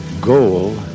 goal